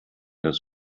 das